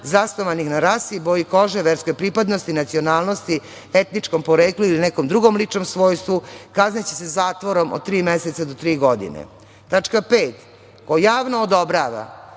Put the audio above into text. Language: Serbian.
zasnovanih na rasi, boji kože, verske pripadnosti, nacionalnosti, etničkom poreklu ili nekom drugom ličnom svojstvu, kazniće se zatvorom od tri meseca do tri godine. Tačka 5. – ko javno odobrava,